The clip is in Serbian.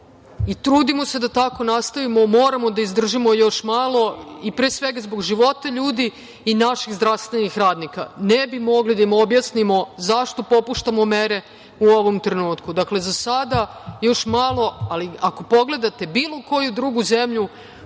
i trudimo se da tako nastavimo, moramo da izdržimo još malo i pre svega zbog života ljudi, i naših zdravstvenih radnika. Ne bi mogli da im objasnimo zašto popuštamo mere u ovom trenutku. Dakle, za sada još malo, ali ako pogledate bilo koju drugu zemlju,